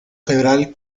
general